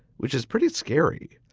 which is pretty scary,